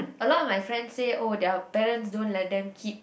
a lot of my friend say oh their parents don't let them keep